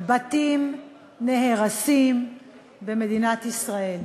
בתים נהרסים במדינת ישראל.